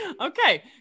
Okay